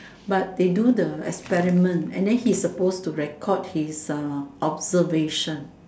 but they do the experiment and then he suppose to record his observation